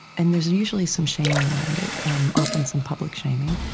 and there's usually some shaming around it um often, some public shaming.